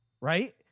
right